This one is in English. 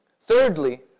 Thirdly